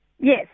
Yes